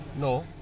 No